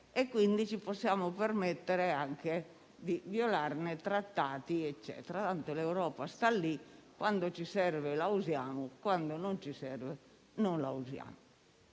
e, quindi, possiamo anche permetterci di violarne i trattati. Tanto l'Europa sta lì; quando ci serve la usiamo, quando non ci serve non la usiamo.